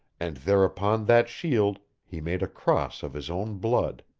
and there upon that shield he made a cross of his own blood.